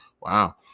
Wow